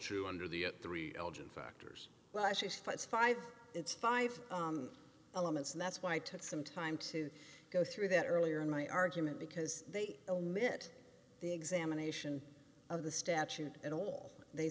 true under the at three in factors well actually fights five it's five elements and that's why i took some time to go through that earlier in my argument because they omit the examination of the statute at all they